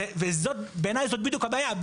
ובעיניי זו בדיוק הבעיה.